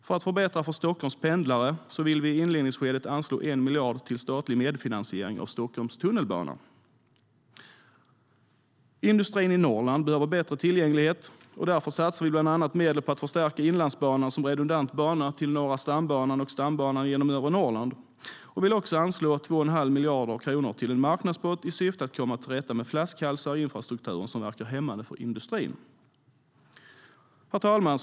För att förbättra för Stockholms pendlare vill vi i inledningsskedet också anslå 1 miljard till statlig medfinansiering av Stockholms tunnelbana. Herr talman!